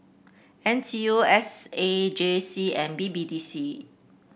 N T U S A J C and B B D C